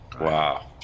Wow